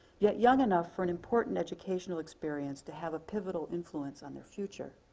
yet young enough for an important educational experience to have a pivotal influence on their future.